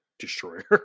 destroyer